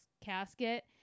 casket